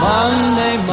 Monday